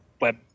web